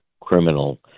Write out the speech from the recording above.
criminal